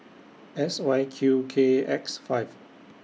S Y Q K X five